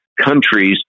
countries